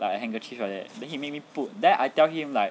like a handkerchief like that then he make me put then I tell him like